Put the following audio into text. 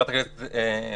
חברת הכנסת פרידמן,